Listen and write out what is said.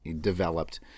developed